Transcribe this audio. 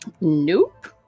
nope